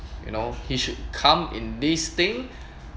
you know he should come in this thing